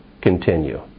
continue